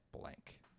blank